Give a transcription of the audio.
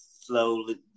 slowly